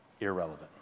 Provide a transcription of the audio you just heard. irrelevant